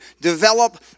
develop